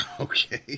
Okay